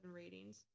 ratings